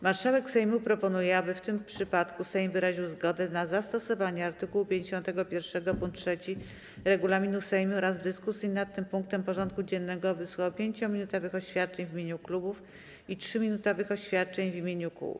Marszałek Sejmu proponuje, aby w tym przypadku Sejm wyraził zgodę na zastosowanie art. 51 pkt 3 regulaminu Sejmu oraz w dyskusji nad tym punktem porządku dziennego wysłuchał 5-minutowych oświadczeń w imieniu klubów i 3-minutowych oświadczeń w imieniu kół.